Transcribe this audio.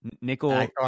nickel